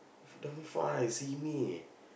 f~ damn far eh simei eh